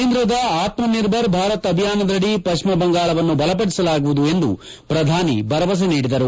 ಕೇಂದ್ರದ ಆತ್ಸನಿರ್ಧರ್ ಭಾರತ್ ಅಭಿಯಾನದಡಿ ಪಶ್ಲಿಮ ಬಂಗಾಳವನ್ನು ಬಲಪಡಿಸಲಾಗುವುದು ಎಂದು ಶ್ರಧಾನಿ ಭರವಸೆ ನೀಡಿದರು